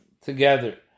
together